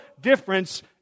difference